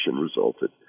resulted